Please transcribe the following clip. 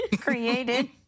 created